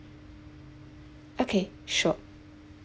okay sure